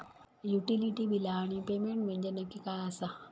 Utility बिला आणि payment म्हंजे नक्की काय आसा?